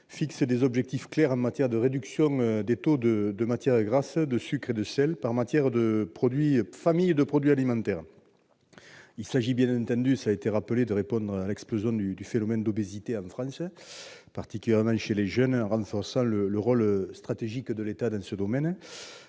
fixe des objectifs clairs en matière de réduction des taux de matières grasses, de sucre et de sel par famille de produits alimentaires. Il s'agit bien entendu de répondre à l'explosion du phénomène d'obésité en France, particulièrement chez les jeunes, en renforçant le rôle stratégique de l'État dans ce domaine.